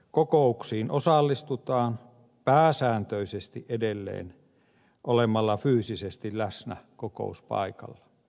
kokouksiin osallistutaan pääsääntöisesti edelleen olemalla fyysisesti läsnä kokouspaikalla